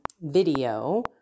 video